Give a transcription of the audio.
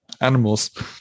animals